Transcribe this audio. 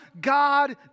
God